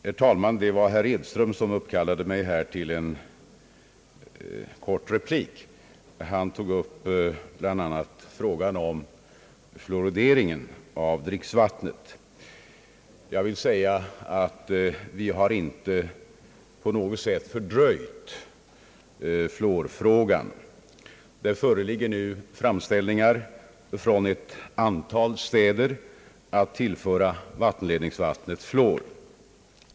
Herr talman! Det var herr Edström som uppkallade mig till en kort replik. Han tog bl.a. upp frågan om fluoride ringen av dricksvattnet. Vi har inte på något sätt fördröjt fluorfrågan. Det föreligger nu framställningar från ett antal städer om tillstånd att tillföra vattenledningsvattnet fluor.